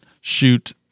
shoot